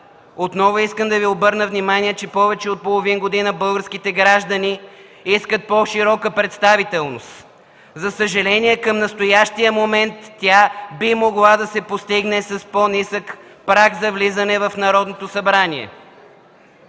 отново искам да Ви обърна внимание, че повече от половин година българските граждани искат по-широка представителност. За съжаление, към настоящия момент тя би могла да се постигне с по-нисък праг за влизане в Народното събрание.